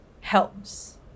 Helps